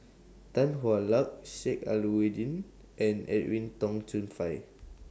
Tan Hwa Luck Sheik Alau'ddin and Edwin Tong Chun Fai